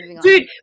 dude